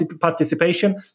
participation